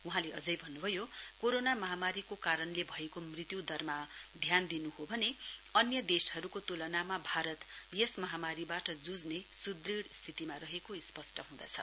वहाँले अझै भन्नुभयो कोरोना महामारीको कारणले भएको मृत्यु दरमा ध्यान दिनु हो भने अन्य देशहरुको तुलनामा भारत यस महामारीवाट जुझ्ने सुदृढ़ स्थितिमा रहेको स्पष्ट हुँदछ